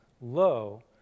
low